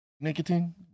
nicotine